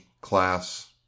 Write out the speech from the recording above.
class